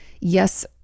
yes